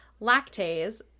lactase